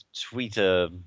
Twitter